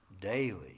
daily